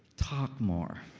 talk more.